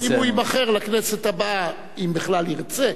אם הוא ייבחר לכנסת הבאה, אם בכלל ירצה.